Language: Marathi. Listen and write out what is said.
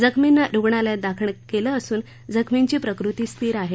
जखमींना रुग्णालयात दाखल केलं असून जखमींची प्रकृती स्थिर आहे